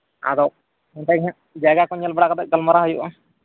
ᱟᱫᱚ ᱚᱱᱟᱠᱜᱮ ᱦᱟᱸᱜ ᱡᱟᱭᱜᱟᱠᱚ ᱧᱮᱞ ᱵᱟᱲᱟ ᱠᱟᱛᱮᱫ ᱜᱟᱞᱢᱟᱨᱟᱣ ᱦᱩᱭᱩᱜᱼᱟ